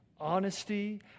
honesty